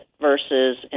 versus